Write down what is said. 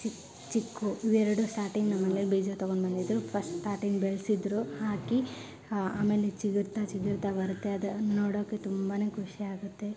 ಚಿಕ್ಕ ಚಿಕ್ಕು ಇವೆರಡು ಸ್ಟಾರ್ಟಿಂಗ್ ನಮ್ಮೆಮನೆಯಲ್ ಬೀಜ ತಗೊಂಡ್ ಬಂದಿದ್ದರು ಫಸ್ಟ್ ಸ್ಟಾರ್ಟಿಂಗ್ ಬೆಳೆಸಿದ್ರು ಹಾಕಿ ಆಮೇಲೆ ಚಿಗುರ್ತಾ ಚಿಗುರ್ತಾ ಬರುತ್ತೆ ಅದನ್ನು ನೋಡೋಕೆ ತುಂಬಾ ಖುಷಿಯಾಗುತ್ತೆ